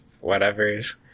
whatever's